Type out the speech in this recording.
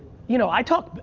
you know, i talk,